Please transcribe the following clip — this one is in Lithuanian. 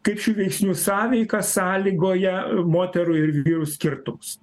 kaip šių veiksnių sąveika sąlygoja moterų ir vyrų skirtumus